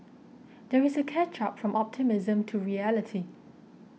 there is a catch up from optimism to reality